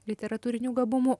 literatūrinių gabumų